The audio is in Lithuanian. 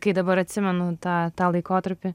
kai dabar atsimenu tą tą laikotarpį